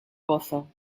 pozo